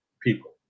people